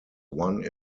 one